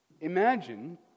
Imagine